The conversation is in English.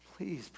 Please